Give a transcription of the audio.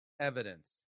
evidence